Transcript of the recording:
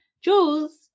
Jules